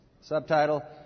Subtitle